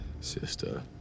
Sister